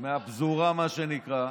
מאחינו מהפזורה, מה שנקרא.